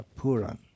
Puran